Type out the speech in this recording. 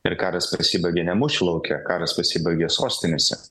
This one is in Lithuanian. ir karas pasibaigė ne mūšių lauke karas pasibaigė sostinėse